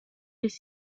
des